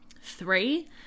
Three